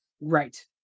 Right